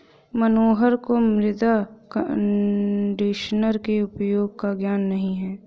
मनोहर को मृदा कंडीशनर के उपयोग का ज्ञान नहीं है